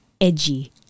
edgy